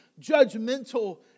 judgmental